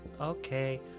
Okay